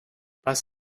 was